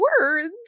words